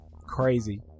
crazy